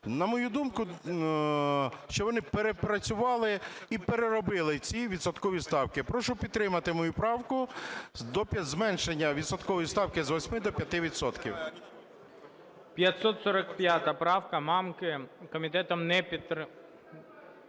на мою думку, що вони перепрацювали і переробили ці відсоткові ставки. Прошу підтримати мою правку до зменшення відсоткової ставки з 8 до 5 відсотків. ГОЛОВУЮЧИЙ. 545 правка Мамки комітетом не … Позиція